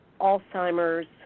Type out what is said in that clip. Alzheimer's